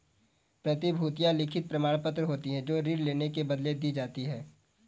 प्रतिभूतियां लिखित प्रमाणपत्र होती हैं जो ऋण लेने के बदले दी जाती है